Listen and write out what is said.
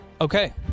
Okay